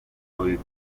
buri